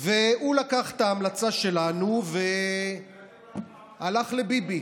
והוא לקח את ההמלצה שלנו והלך לביבי.